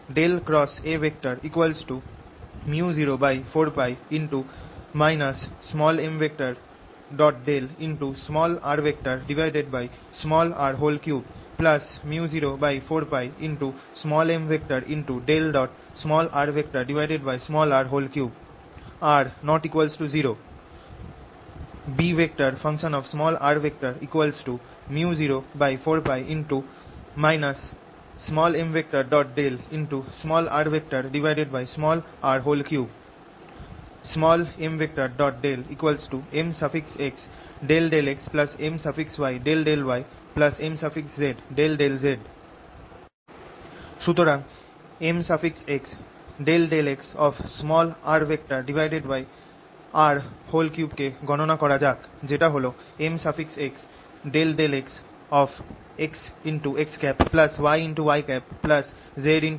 xAµ04π m rr3 µ04π mrr3 r ≠ 0 Bµ04π m rr3 mmxjjxmyjjymzjjz সুতরাং mx∂x কে গণনা করা যাক যেটা হল mx∂xxxyyzzx2y2z232